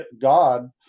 God